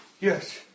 Yes